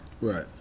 right